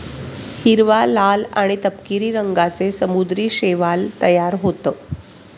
हिरवा, लाल आणि तपकिरी रंगांचे समुद्री शैवाल तयार होतं